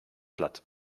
platt